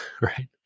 Right